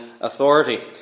authority